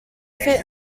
fit